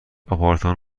آپارتمان